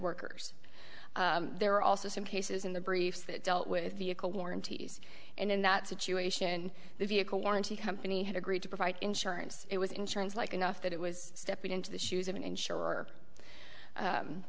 workers there are also some cases in the briefs that dealt with vehicle warranties and in that situation the vehicle warranty company had agreed to provide insurance it was insurance like enough that it was stepping into the shoes of an insure